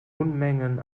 unmengen